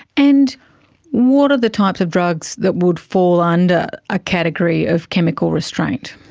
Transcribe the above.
and what are the types of drugs that would fall under a category of chemical restraint?